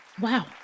Wow